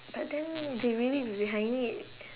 but then the lyrics behind it